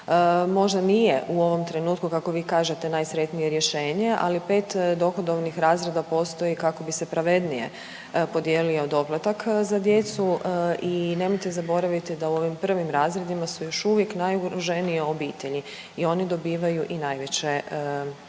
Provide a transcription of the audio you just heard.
Možda nije u ovom trenutku kako vi kažete najsretnije rješenje ali 5 dohodovnih razreda postoji kako bi se pravednije podijelio doplatak za djecu i nemojte zaboraviti da u ovim prvim razredima su još uvijek najugroženije obitelji i oni dobivaju i najveće,